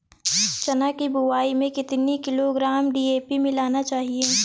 चना की बुवाई में कितनी किलोग्राम डी.ए.पी मिलाना चाहिए?